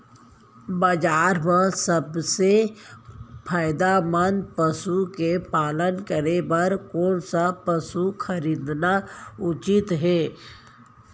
बजार म सबसे फायदामंद पसु के पालन करे बर कोन स पसु खरीदना उचित हे?